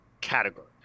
category